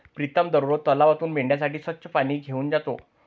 प्रीतम दररोज तलावातून मेंढ्यांसाठी स्वच्छ पाणी घेऊन जातो